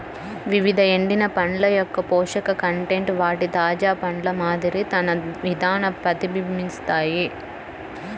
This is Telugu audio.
వివిధ ఎండిన పండ్ల యొక్కపోషక కంటెంట్ వాటి తాజా పండ్ల మాదిరి తన విధాన ప్రతిబింబిస్తాయి